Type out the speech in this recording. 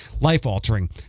life-altering